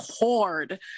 hard